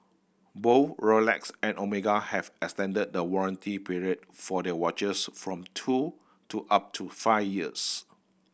both Rolex and Omega have extended the warranty period for their watches from two to up to five years